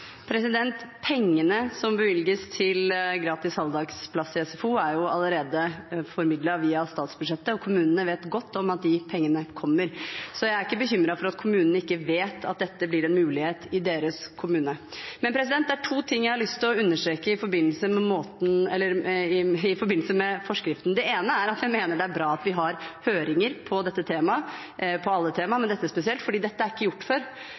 Pengene som bevilges til gratis halvdagsplass i SFO, er allerede formidlet via statsbudsjettet, og kommunene vet godt om at de pengene kommer, så jeg er ikke bekymret for at kommunene ikke vet at dette blir en mulighet i deres kommune. Det er to ting jeg har lyst til å understreke i forbindelse med forskriften. Det ene er at jeg mener det er bra at vi har høringer om dette temaet – om alle temaer, men dette spesielt, for dette er ikke gjort